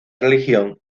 religión